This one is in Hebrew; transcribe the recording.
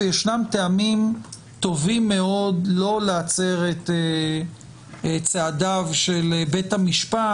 וישנם טעמים טובים מאוד לא להצר את צעדיו של בית המשפט